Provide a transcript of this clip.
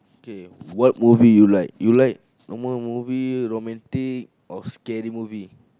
okay what movie you like you like normal movie romantic or scary movie